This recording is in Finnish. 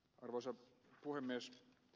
arvoisa puhemies